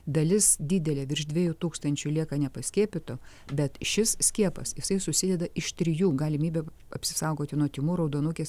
dalis didelė virš dviejų tūkstančių lieka nepaskiepytų bet šis skiepas jisai susideda iš trijų galimybė apsisaugoti nuo tymų raudonukės